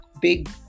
big